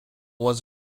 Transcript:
was